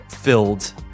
Filled